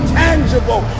tangible